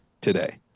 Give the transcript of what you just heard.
today